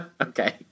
Okay